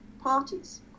parties